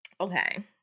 Okay